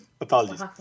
Apologies